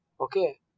Okay